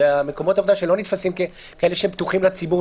אלא מקומות עבודה שלא נתפסים ככאלה שפתוחים לציבור,